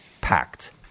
Packed